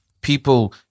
people